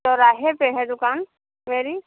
चौराहे पे है दुकान मेरी